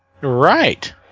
Right